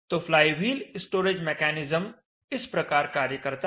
तो flywheel storage mechanism इस प्रकार कार्य करता है